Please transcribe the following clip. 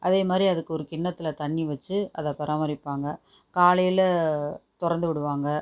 அதே மாதிரி அதுக்கு ஒரு கிண்ணத்தில் தண்ணி வச்சு அதை பராமரிப்பாங்க காலையில் திறந்துவுடுவாங்க